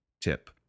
tip